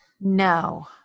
No